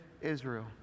Israel